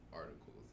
articles